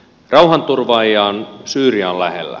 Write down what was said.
rauhanturvaajia on syyrian lähellä